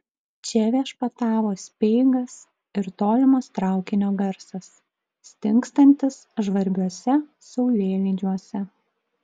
čia viešpatavo speigas ir tolimas traukinio garsas stingstantis žvarbiuose saulėlydžiuose